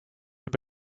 and